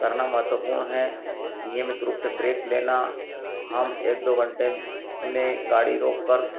करना महत्वपूर्ण है नियमित रूप से ब्रेक लेना हम एक दो घंटे में गाड़ी रोक कर